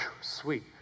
sweet